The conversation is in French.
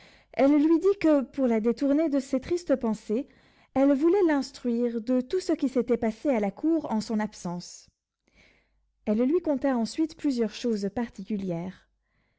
elle lui dit que pour la détourner de ces tristes pensées elle voulait l'instruire de tout ce qui s'était passé à la cour en son absence elle lui conta ensuite plusieurs choses particulières